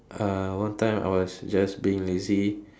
uh one time I was just being lazy